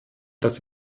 dass